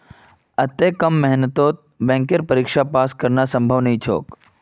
अत्ते कम मेहनतत बैंकेर परीक्षा पास करना संभव नई छोक